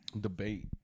debate